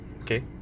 Okay